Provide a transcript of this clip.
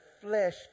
flesh